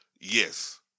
Yes